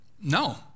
no